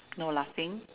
no laughing